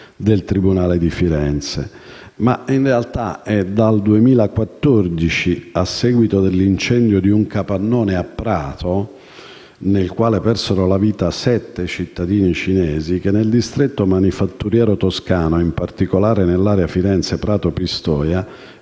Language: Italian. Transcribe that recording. del tribunale di Firenze. In realtà, è dal 2014, a seguito dell'incendio di un capannone a Prato nel quale persero la vita sette cittadini cinesi, che nel distretto manifatturiero toscano, in particolare dell'area Firenze-Prato-Pistoia,